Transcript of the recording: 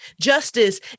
justice